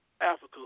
Africa